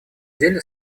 деле